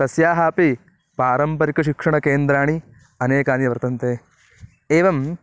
तस्याः अपि पारम्परिकशिक्षणकेन्द्राणि अनेकानि वर्तन्ते एवं